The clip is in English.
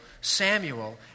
Samuel